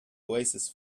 oasis